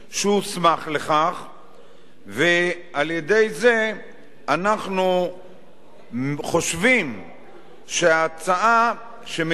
ועל-ידי זה אנחנו חושבים שההצעה שמציעים חברי הכנסת יכולה